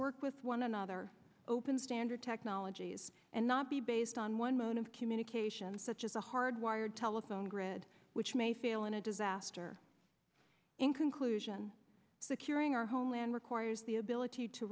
work with one another open standard technologies and not be based on one mode of communication such as a hard wired telephone grid which may fail in a disaster in conclusion securing our homeland requires the ability to